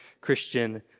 Christian